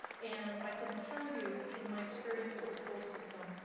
and i can tell you in my experience with the school system,